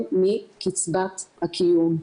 להתקיים,